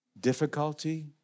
difficulty